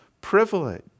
privilege